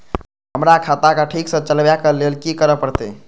हमरा खाता क ठीक स चलबाक लेल की करे परतै